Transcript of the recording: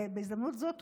ובהזדמנות זאת,